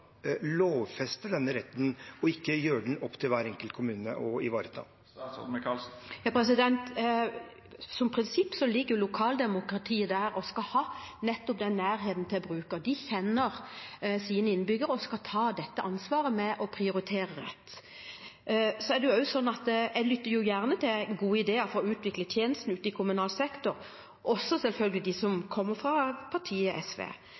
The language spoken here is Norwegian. lovfeste denne retten og ikke la det være opp til hver enkelt kommune å ivareta den? Som prinsipp skal jo lokaldemokratiet ha nettopp den nærheten til brukerne. De kjenner sine innbyggere og skal ta ansvaret med å prioritere rett. Jeg lytter gjerne til gode ideer for å utvikle tjenestene i kommunal sektor, selvfølgelig også de som kommer fra partiet SV,